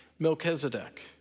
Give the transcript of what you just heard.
Melchizedek